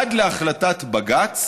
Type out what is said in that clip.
עד להחלטת בג"ץ,